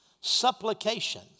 Supplication